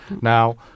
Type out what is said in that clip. Now